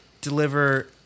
deliver